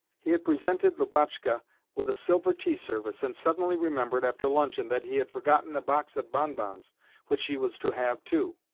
he had presented lubotshka with a silver tea service, and suddenly remembered, after luncheon, that he had forgotten a box of bonbons which she was to have too.